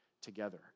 together